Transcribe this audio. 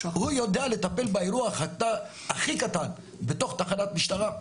הוא יודע לטפל באירוע הכי קטן בתוך תחנת משטרה?